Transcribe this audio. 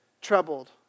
troubled